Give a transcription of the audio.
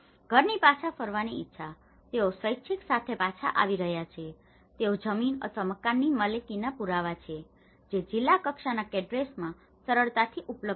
ઘરની પાછા ફરવાની ઇચ્છા તેથી તેઓ સ્વૈચ્છિક સાથે પાછા આવી રહ્યા છે તેઓ જમીન અથવા મકાનની માલિકીના પુરાવા છે જે જિલ્લા કક્ષાના કેડ્રેસમાં સરળતાથી ઉપલબ્ધ હતા